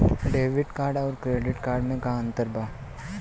Debit card आउर credit card मे का अंतर बा?